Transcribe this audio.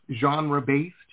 genre-based